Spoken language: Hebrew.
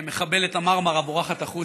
הינה, מחבלת המרמרה בורחת החוצה.